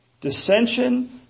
dissension